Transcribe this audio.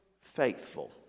faithful